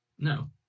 No